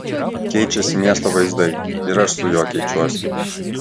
keičiasi miesto vaizdai ir aš su juo keičiuosi